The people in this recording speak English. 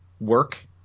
work